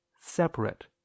separate